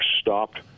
stopped